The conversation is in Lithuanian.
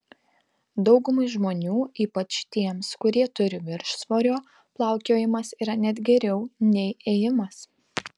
daugumai žmonių ypač tiems kurie turi viršsvorio plaukiojimas yra net geriau nei ėjimas